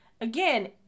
again